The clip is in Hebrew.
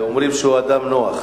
אומרים שהוא אדם נוח.